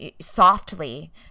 softly